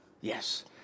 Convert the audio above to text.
yes